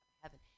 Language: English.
heaven